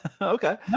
Okay